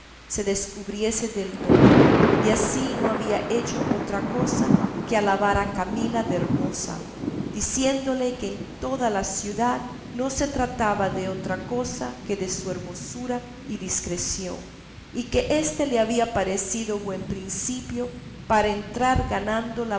se descubriese del todo y así no había hecho otra cosa que alabar a camila de hermosa diciéndole que en toda la ciudad no se trataba de otra cosa que de su hermosura y discreción y que éste le había parecido buen principio para entrar ganando